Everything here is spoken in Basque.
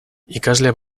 ikasle